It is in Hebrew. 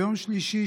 ביום שלישי,